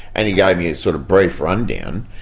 and he gave me a sort of brief rundown,